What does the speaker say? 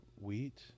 wheat